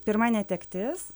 pirma netektis